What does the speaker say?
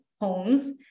homes